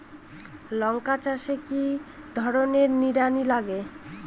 লঙ্কা চাষে কি ধরনের নিড়ানি লাগে?